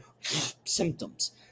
symptoms